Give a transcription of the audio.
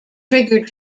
triggered